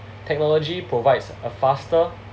technology provides a faster